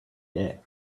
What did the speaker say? day